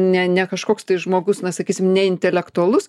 ne ne kažkoks tai žmogus na sakysim neintelektualus